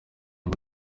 ngo